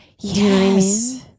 yes